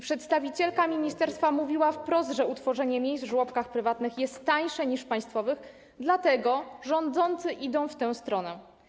Przedstawicielka ministerstwa mówiła wprost, że utworzenie miejsc w żłobkach prywatnych jest tańsze niż w państwowych, dlatego rządzący idą w tę stronę.